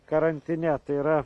karantine tai yra